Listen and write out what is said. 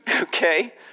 Okay